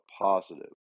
positive